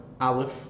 Aleph